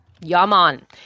Yaman